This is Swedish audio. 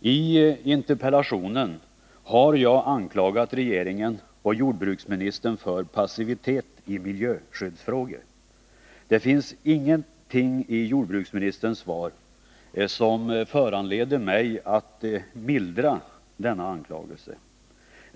I interpellationen har jag anklagat regeringen och jordbruksministern för passivitet i miljöskyddsfrågor. Det finns ingenting i jordbruksministerns svar som föranleder mig att mildra denna anklagelse.